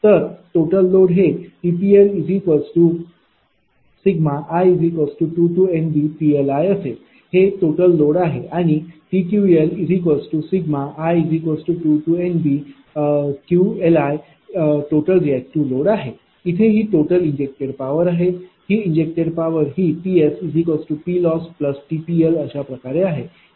तर total load हे TPLi2NBPLiअसेल हे टोटल लोड आहे आणि TQLi2NBQLi टोटल रिएक्टिव लोड आहे इथे ही टोटल इंजेक्टेड पावर आहे आणि इंजेक्टेड पावर ही PsPlossTPL अशाप्रकारे आहे